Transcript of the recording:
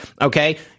Okay